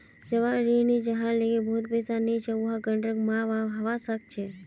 जवान ऋणी जहार लीगी बहुत पैसा नी छे वहार गारंटर माँ बाप हवा सक छे